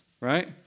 right